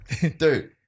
Dude